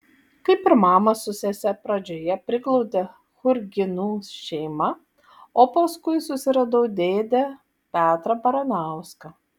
kaip ir mamą su sese pradžioje priglaudė churginų šeima o paskui susiradau dėdę petrą baranauską